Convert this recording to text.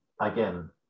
again